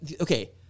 okay